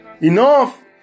Enough